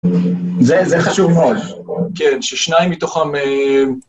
זה, זה חשוב מאוד, כן ששניים מתוכם